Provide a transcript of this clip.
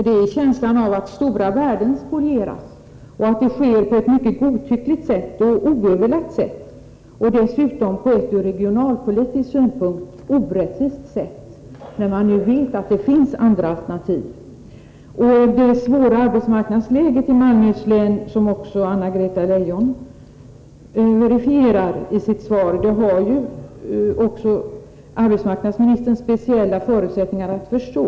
Man har en känsla av att stora värden spolieras och att det sker på ett mycket godtyckligt och oöverlagt vis och dessutom på ett ur regionalpolitisk synpunkt orättvist sätt, när man nu vet att det finns alternativ. Det svåra arbetsmarknadsläget i Malmöhus län — som Anna-Greta Leijon verifierar i sitt svar — har arbetsmarknadsministern naturligtvis speciella förutsättningar att förstå.